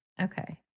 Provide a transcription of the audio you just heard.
Okay